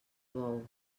bou